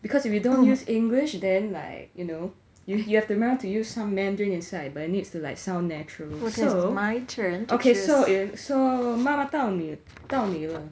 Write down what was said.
because if you don't use english then like you know you you have to amount to use some mandarin inside but needs to like sound natural so okay so if 妈到到你了